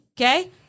Okay